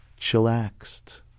chillaxed